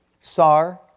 Sar